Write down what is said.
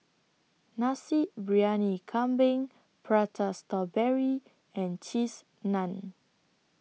Nasi Briyani Kambing Prata Strawberry and Cheese Naan